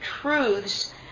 truths